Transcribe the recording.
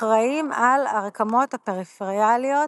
אחראים על הרקמות הפריפריאליות,